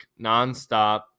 nonstop